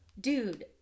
dude